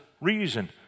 reason